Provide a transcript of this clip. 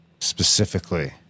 Specifically